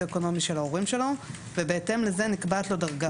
אקונומי של ההורים שלו ובהתאם לזה נקבעת לו דרגה.